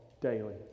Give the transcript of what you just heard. daily